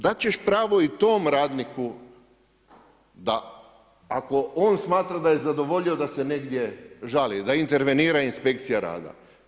Dati ćeš pravo i tom radniku da ako on smatra da je zadovoljio da se negdje žali, da intervenira inspekcija rada.